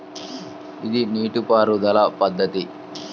ఇది నీటిపారుదల పద్ధతి